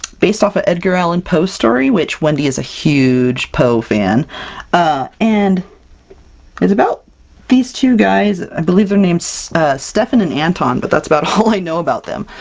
based off of a edgar allan poe story, which wendy is a huge poe fan, ah and it's about these two guys. i believe their names steffan and anton, but that's about all i know about them.